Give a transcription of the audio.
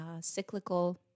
cyclical